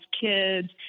kids